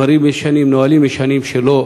נהלים ישנים שלא